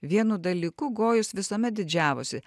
vienu dalyku gojus visuomet didžiavosi